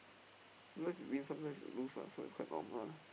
sometimes you win sometimes you lose lah so it's quite normal ah